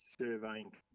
Surveying